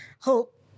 hope